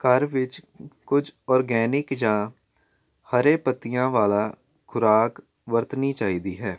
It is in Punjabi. ਘਰ ਵਿੱਚ ਕੁਝ ਔਰਗੈਨਿਕ ਜਾਂ ਹਰੇ ਪੱਤੀਆਂ ਵਾਲਾ ਖੁਰਾਕ ਵਰਤਣੀ ਚਾਹੀਦੀ ਹੈ